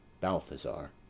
Balthazar